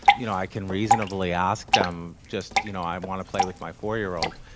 you know, i can reasonably ask them just, you know, i want to play with my four-year-old.